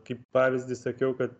kaip pavyzdį sakiau kad